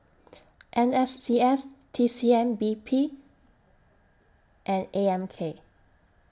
N S C S T C M P B and A M K